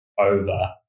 over